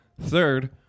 Third